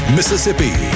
Mississippi